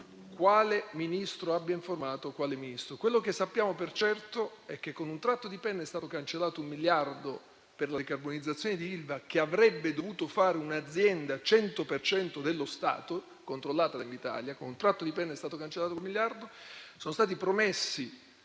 quale Ministro abbia informato quale Ministro. Quello che sappiamo per certo è che con un tratto di penna è stato cancellato un miliardo per la decarbonizzazione di ILVA, che ne avrebbe dovuto fare un'azienda al 100 per cento dello Stato, controllata da Invitalia. Con un tratto di penna è stato cancellato quel miliardo e sono stati promessi